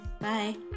bye